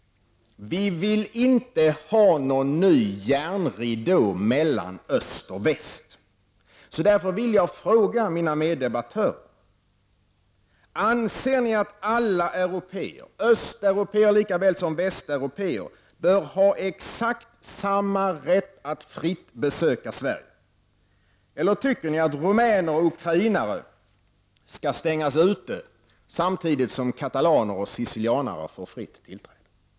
Vi vill inte ha någon ny järnridå mellan öst och väst. Därför vill jag fråga mina meddebattörer: Anser ni att alla européer, östeuropéer lika väl som västeuropéer, bör ha exakt samma rätt att fritt besöka Sverige? Eller tycker ni att rumäner och ukrainare skall stängas ute, samtidigt som katalaner och sicilianare får fritt tillträde?